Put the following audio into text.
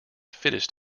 fittest